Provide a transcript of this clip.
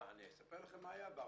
אספר לכם מה היה ברעיונות,